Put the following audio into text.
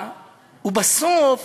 בסוף